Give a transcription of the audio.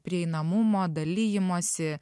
prieinamumo dalijimosi